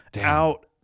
out